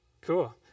Cool